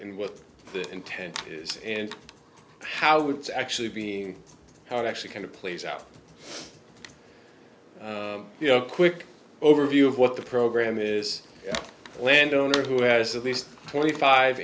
and what the intent is and how woods actually being how it actually kind of plays out you know quick overview of what the program is a landowner who has at least twenty five